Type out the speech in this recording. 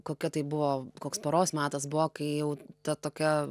kokia tai buvo koks paros matas buvo kai jau ta tokia